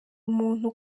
umuntu